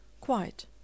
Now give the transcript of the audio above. quite